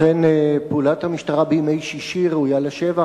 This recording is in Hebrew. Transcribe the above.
אכן, פעולת המשטרה בימי שישי ראויה לשבח.